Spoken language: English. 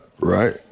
right